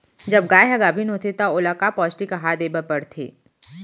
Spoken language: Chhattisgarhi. जब गाय ह गाभिन होथे त ओला का पौष्टिक आहार दे बर पढ़थे?